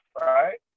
right